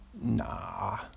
Nah